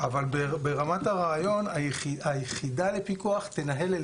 אבל ברמת הרעיון היחידה לפיקוח תנהל את